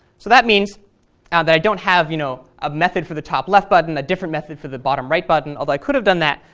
so that means and that i don't have you know a method for the top left button, a different method for the bottom right button, although i could have done that.